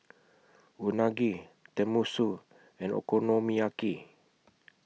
Unagi Tenmusu and Okonomiyaki